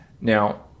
now